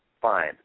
fine